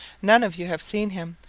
none of you have seen him,